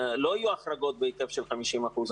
לא יהיו החרגות בהיקף של 50 אחוזים.